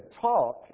talk